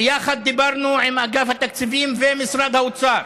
ויחד דיברנו עם אגף התקציבים ומשרד האוצר.